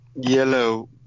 Yellow